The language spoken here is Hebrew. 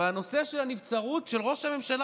אבל את נושא הנבצרות של ראש הממשלה